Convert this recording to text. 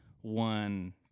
one